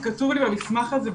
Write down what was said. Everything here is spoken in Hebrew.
כתוב לי במסמך הזה,